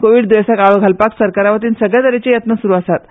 कोविड दुयेंसाक आळो घालपाक सरकारावतीन सगळे तरेचे यत्न सुरू आसात